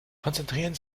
konzentrieren